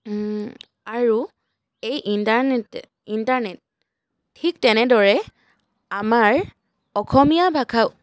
আৰু এই ইণ্টাৰনেটে ইণ্টাৰনেট ঠিক তেনেদৰে আমাৰ অসমীয়া ভাষাও